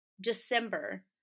December